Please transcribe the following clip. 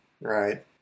right